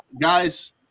guys